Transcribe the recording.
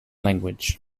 language